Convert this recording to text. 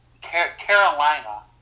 Carolina